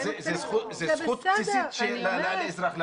זו זכות בסיסית של האזרח.